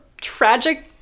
tragic